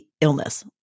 illness